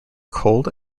cold